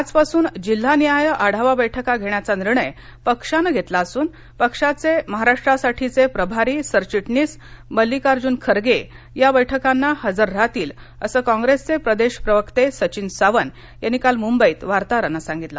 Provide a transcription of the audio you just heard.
आजपासून जिल्हानिहाय आढावा बैठका घेण्याचा निर्णय पक्षानं घेतला असून पक्षाचे महाराष्ट्रासाठीचे प्रभारी सरचिटणीस मल्लिकार्जुन खरगे या बैठकाना हजर राहतील अस कॉंग्रेसचे प्रदेश प्रवक्ति सचिन सावंत यांनी काल मुंबईत वार्ताहरांना साँगितलं